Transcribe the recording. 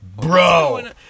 Bro